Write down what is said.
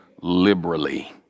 liberally